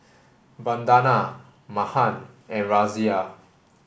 Vandana Mahan and Razia